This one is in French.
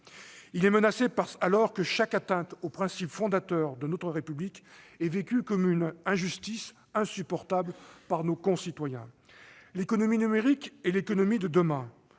qui est menacé, alors que chaque atteinte aux principes fondateurs de notre République est vécue comme une injustice insupportable par nos concitoyens. L'économie numérique est l'économie de demain,